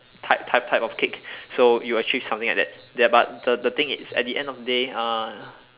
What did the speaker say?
type type type of kick so you will achieve something like that ya but the the thing is the end of the day uh